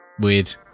Weird